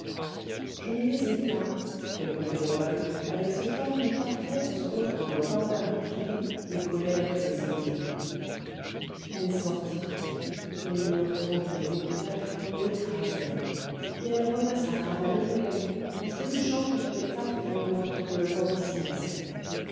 je ne les ai pas répondit rodolphe avec ce calme parfait dont se recouvrent comme d'un bouclier les colères résignées elle sortit les murs tremblaient le plafond l'écrasait et elle repassa par la longue allée en trébuchant contre les tas de feuilles mortes que le vent dispersait